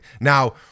Now